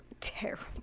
terrible